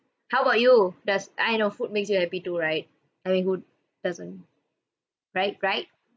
how about you does I know food makes you happy too right I mean who doesn't right right